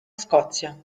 scozia